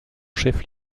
chef